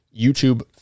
YouTube